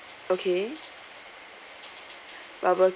okay barbecue